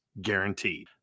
guaranteed